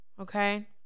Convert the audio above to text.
okay